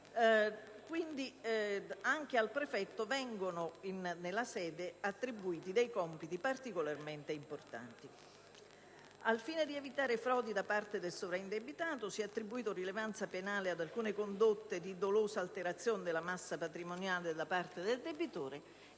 Anche al prefetto vengono attribuiti compiti particolarmente importanti. Al fine di evitare frodi da parte del sovraindebitato, si è voluto attribuire rilevanza penale ad alcune condotte di dolosa alterazione della massa patrimoniale da parte del debitore.